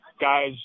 guys